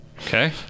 okay